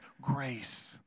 grace